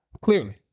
clearly